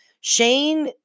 Shane